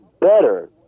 better